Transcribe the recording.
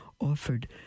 offered